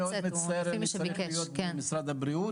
אני מאוד מצטער, אני צריך להיות במשרד הבריאות.